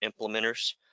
implementers